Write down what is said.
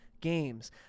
games